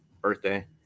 birthday